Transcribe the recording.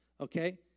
okay